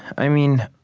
i mean,